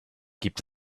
gibt